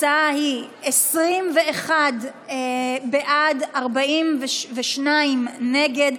התוצאה היא 21 בעד, 42 נגד.